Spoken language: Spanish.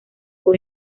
con